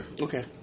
Okay